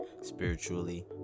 spiritually